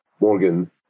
Morgan